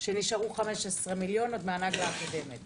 שנשארו עוד 15 מיליון עוד מהנגלה הקודמת